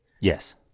Yes